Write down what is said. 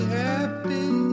happy